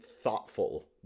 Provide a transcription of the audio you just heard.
thoughtful